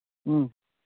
ꯎꯝ